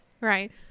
right